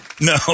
No